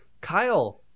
kyle